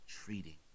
treating